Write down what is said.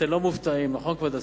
אתם לא מופתעים, נכון, כבוד השר?